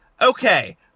Okay